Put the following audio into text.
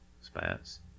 Spats